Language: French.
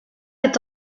est